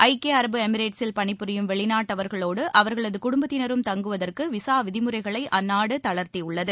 ஐக்கிய அரபு எமிரேட்ஸில் பணிபுரியும் வெளிநாட்டவர்களோடு அவர்களது குடுப்பத்தினரும் தங்குவதற்கு விசா விதிமுறைகளை அந்நாடு தளர்த்தியுள்ளது